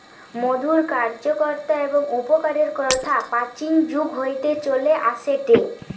মধুর কার্যকতা এবং উপকারের কথা প্রাচীন যুগ হইতে চলে আসেটে